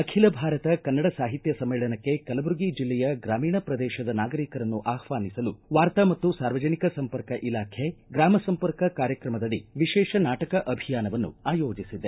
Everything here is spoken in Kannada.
ಅಖಿಲ ಭಾರತ ಕನ್ನಡ ಸಾಹಿತ್ಯ ಸಮ್ಮೇಳನಕ್ಕೆ ಕಲಬುರಗಿ ಜಿಲ್ಲೆಯ ಗ್ರಾಮೀಣ ಪ್ರದೇಶದ ನಾಗರಿಕರನ್ನು ಆಹ್ವಾನಿಸಲು ವಾರ್ತಾ ಮತ್ತು ಸಾರ್ವಜನಿಕ ಸಂಪರ್ಕ ಇಲಾಖೆ ಗ್ರಾಮ ಸಂಪರ್ಕ ಕಾರ್ಯಕ್ರಮದಡಿ ವಿಶೇಷ ನಾಟಕ ಅಭಿಯಾನವನ್ನು ಆಯೋಜಿಸಿದೆ